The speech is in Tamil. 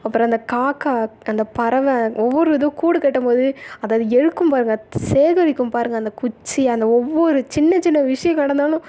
அப்புறம் இந்த காக்கா அந்த பறவை ஒவ்வொரு இது கூடு கட்டும்போது அதை அது எழுக்கும் பாருங்கள் சேகரிக்கும் பாருங்கள் அந்த குச்சி அந்த ஒவ்வொரு சின்ன சின்ன விஷயம் கிடந்தாலும்